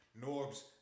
Norbs